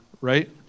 right